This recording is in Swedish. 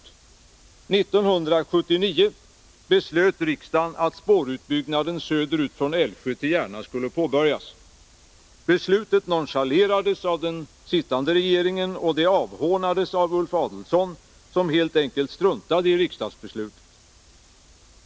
1979 beslöt riksdagen att spårutbyggnaden söderut från Älvsjö till Järna skulle påbörjas. Beslutet nonchalerades av den sittande regeringen, och det avhånades av Ulf Adelsohn, som helt enkelt struntade i riksdagsbeslutet.